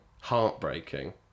heartbreaking